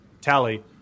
tally